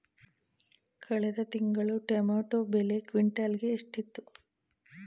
ಕಳೆದ ತಿಂಗಳು ಟೊಮ್ಯಾಟೋ ಬೆಲೆ ಕ್ವಿಂಟಾಲ್ ಗೆ ಎಷ್ಟಿತ್ತು?